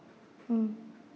mm